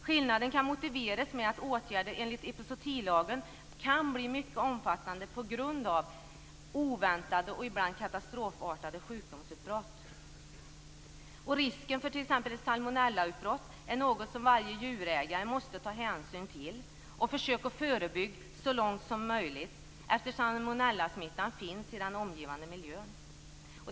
Skillnaden motiveras med att åtgärder enligt epizootilagen kan bli mycket omfattande på grund av oväntade och ibland katastrofartade sjukdomsutbrott. Risken för t.ex. ett salmonellautbrott är något som varje djurägare måste ta hänsyn till och försöka förebygga så långt som möjligt, eftersom salmonellasmittan alltid finns i den omgivande miljön.